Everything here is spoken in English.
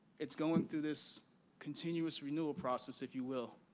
it's going through this continuous renewal process if you will.